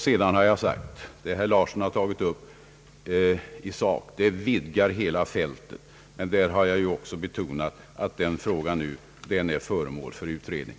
Vad herr Larsson tagit upp i sak vidgar hela fältet. Men jag har också betonat, att frågan är föremål för utredning.